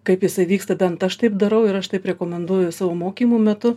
kaip jisai vyksta bent aš taip darau ir aš taip rekomenduoju savo mokymų metu